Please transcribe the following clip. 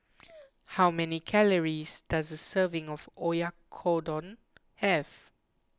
how many calories does a serving of Oyakodon have